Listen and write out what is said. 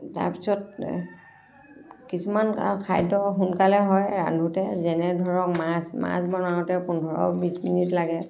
তাৰ পিছত কিছুমান খাদ্য সোনকালে হয় ৰান্ধোঁতে যেনে ধৰক মাছ মাছ বনাওঁতে পোন্ধৰ বিছ মিনিট লাগে